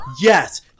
Yes